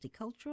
multicultural